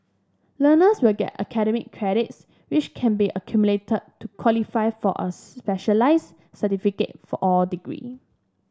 learners will get academic credits which can be accumulated to qualify for a specialist certificate for or degree